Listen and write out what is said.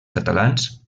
catalans